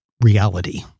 reality